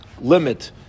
limit